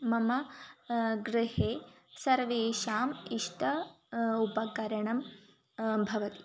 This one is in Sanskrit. मम गृहे सर्वेषाम् इष्ट उपकरणं भवति